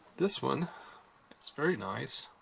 this one it's very nice.